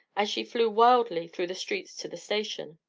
as she flew wildly through the streets to the station.